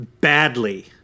badly